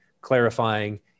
clarifying